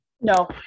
No